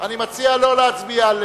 אני מציע לא להצביע.